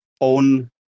own